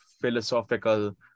philosophical